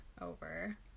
over